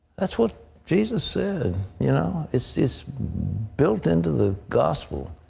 that's what jesus said, you know? it is built into the gospel.